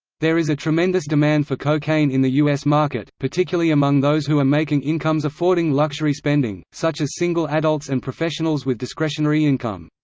there is a tremendous demand for cocaine in the u s. market, particularly among those who are making incomes affording luxury spending, such as single adults and professionals with discretionary income.